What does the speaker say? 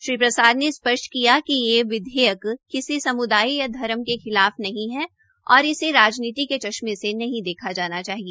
श्री प्रसाद ने स्प्ष्ट किया कि यह निधेयक किसी सम्दाय या धर्म के खिलाफ नहीं है और इसे राजनीति के चश्मे से नहीं देखा जाना चाहिए